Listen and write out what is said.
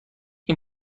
این